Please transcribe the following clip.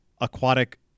aquatic